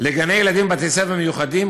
לגני-ילדים ובתי-ספר מיוחדים,